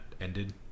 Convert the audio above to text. ended